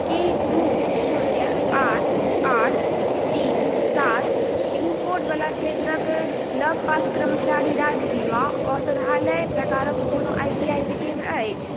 की दू शुन्य आठ आठ तीन सात पिन कोड वला क्षेत्रक लगपास कर्मचारी राज्य बीमा औषधालय प्रकारक कोनो ई एस आई सी केंद्र अछि